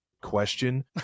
question